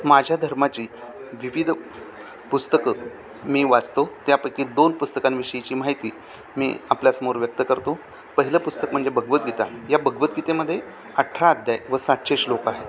माझ्या धर्माची विविध पुस्तकं मी वाचतो त्यापैकी दोन पुस्तकांविषयीची माहिती मी आपल्यासमोर व्यक्त करतो पहिलं पुस्तक म्हणजे भगवद्गीता या भगवद्गीतेमध्ये अठरा अध्याय व सातशे श्लोक आहेत